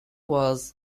was